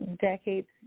decades